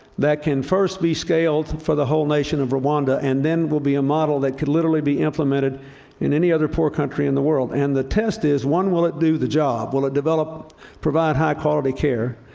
that can first be scaled for the whole nation of rwanda, and then will be a model that could literally be implemented in any other poor country in the world. and the test is one, will it do the job? will it provide high quality care?